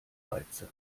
reize